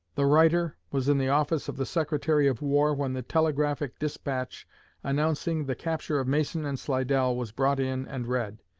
the writer was in the office of the secretary of war when the telegraphic despatch announcing the capture of mason and slidell was brought in and read.